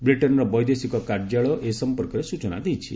ବ୍ରିଟେନ୍ର ବୈଦେଶିକ କାର୍ଯ୍ୟାଳୟ ଏ ସମ୍ପର୍କରେ ସୂଚନା ଦେଇଛି